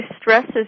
stresses